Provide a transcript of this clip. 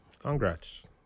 congrats